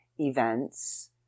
events